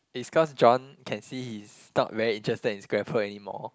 is cause John can see he's not very interested in Scrabble anymore